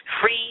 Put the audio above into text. free